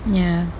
ya